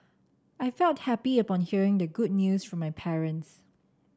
I felt happy upon hearing the good news from my parents